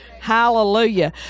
Hallelujah